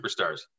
superstars